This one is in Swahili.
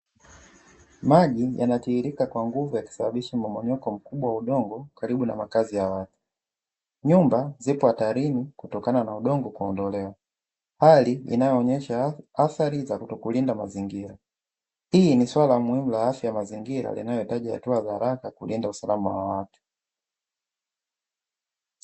Maji yanatiririka kwa nguvu na kusababisha mmomonyoko mkubwa wa udongo karibu na makazi ya watu. Nyumba zipo hatarini kutokana na udongo kuondolewa, hali inayoonyesha athari za kutokulinda mazingira. Hili ni swala muhimu la afya ya mazingira linalohitaji hatua za haraka, kulinda usalama wa watu.